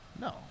No